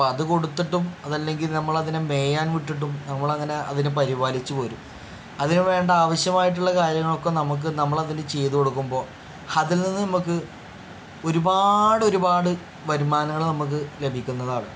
അപ്പം അത് കൊടുത്തിട്ടും അത് അല്ലെങ്കിൽ നമ്മൾ അതിനെ മേയാൻ വിട്ടിട്ടും നമ്മൾ അങ്ങനെ അതിനെ പരിപാലിച്ച് പോരും അതിന് വേണ്ട ആവശ്യമായിട്ടുള്ള കാര്യങ്ങളൊക്കെ നമുക്ക് നമ്മൾ അതിന് ചെയ്തു കൊടുക്കുമ്പോൾ അതിൽ നിന്ന് നമുക്ക് ഒരുപാട് ഒരുപാട് വരുമാനങ്ങൾ നമുക്ക് ലഭിക്കുന്നതാണ്